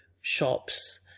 shops